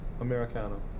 Americano